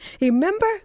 Remember